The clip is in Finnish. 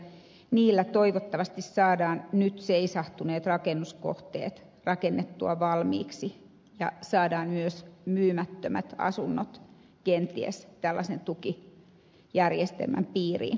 niillä lainoilla toivottavasti saadaan nyt seisahtuneet rakennuskohteet rakennettua valmiiksi ja saadaan myös myymättömät asunnot kenties tällaisen tukijärjestelmän piiriin